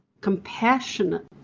compassionate